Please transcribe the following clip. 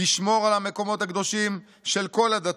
תשמור על המקומות הקדושים של כל הדתות,